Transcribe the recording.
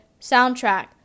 soundtrack